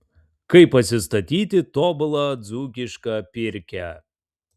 kaip pasistatyti tobulą dzūkišką pirkią